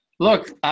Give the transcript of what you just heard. Look